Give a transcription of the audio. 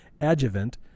adjuvant